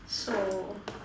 so